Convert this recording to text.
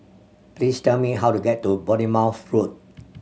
please tell me how to get to Bournemouth Road